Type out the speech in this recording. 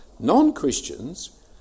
Non-Christians